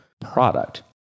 product